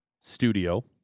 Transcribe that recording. studio